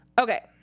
Okay